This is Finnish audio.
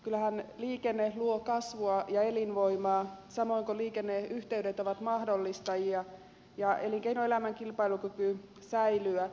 kyllähän liikenne luo kasvua ja elinvoimaa samoin kuin liikenneyhteydet ovat elinkeinoelämän kilpailukyvyn säilymisen mahdollistajia